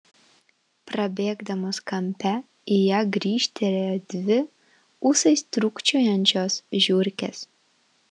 prabėgdamos kampe į ją grįžtelėjo dvi ūsais trūkčiojančios žiurkės